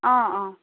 অঁ অঁ